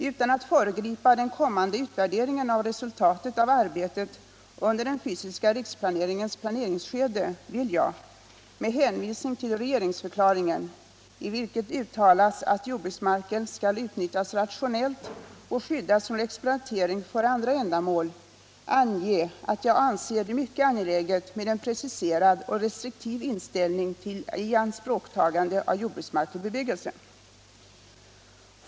Utan att föregripa den kommande utvärderingen av resultatet av arbetet under den fysiska riksplaneringens planeringsskede vill jag med hänvisning till regeringsförklaringen, i vilken uttalas att jordbruksmarken skall utnyttjas rationellt och skyddas från exploatering för andra ändamål, ange att jag anser det mycket angeläget med en preciserad 'och restriktiv inställning till ianspråktagande av jordbruksmark för bebyggelse.